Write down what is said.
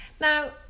Now